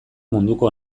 munduko